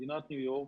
מדינת ניו יורק,